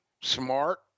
smart